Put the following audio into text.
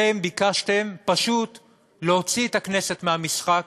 אתם ביקשתם פשוט להוציא את הכנסת מהמשחק,